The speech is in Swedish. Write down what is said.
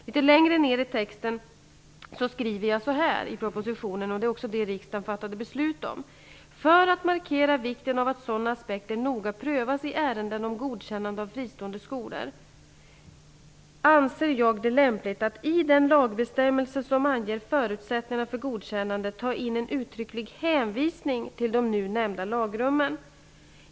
Ytterligare längre ner i propositionstexten står det som riksdagen också fattade beslut om: ''För att markera vikten av att sådana aspekter noga prövas i ärenden om godkännande av fristående skolor anser jag det lämpligt att i den lagbestämmelse som anger förutsättningarna för godkännande ta in en uttrycklig hänvisning till de nu nämnda lagrummen.